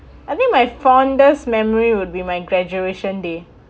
I think my fondest memory would be my graduation day